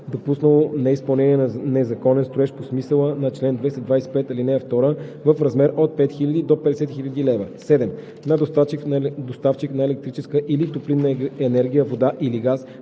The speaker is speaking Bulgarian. допуснало изпълнение на незаконен строеж по смисъла на чл. 225, ал. 2 – в размер от 5000 до 50 000 лв.; 7. на доставчик на електрическа или топлинна енергия, вода или газ,